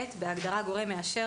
בהגדרה "גורם מאשר",